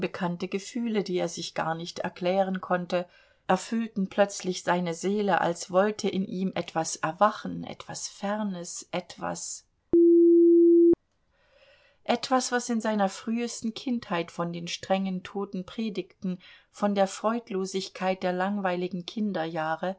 gefühle die er sich gar nicht erklären konnte erfüllten plötzlich seine seele als wollte in ihm etwas erwachen etwas fernes etwas etwas was in seiner frühesten kindheit von den strengen toten predigten von der freudlosigkeit der langweiligen kinderjahre